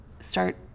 start